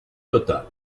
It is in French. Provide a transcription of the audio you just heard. totale